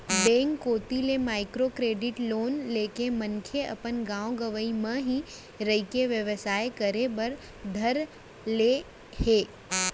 bank कोती ले micro credit loan लेके मनसे अपन गाँव गंवई म ही रहिके बेवसाय करे बर धर ले हे